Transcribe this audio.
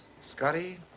Scotty